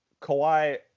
Kawhi